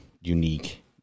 unique